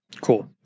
cool